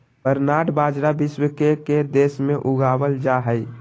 barnyard बाजरा विश्व के के देश में उगावल जा हइ